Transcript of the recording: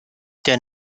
der